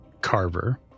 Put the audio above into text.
Carver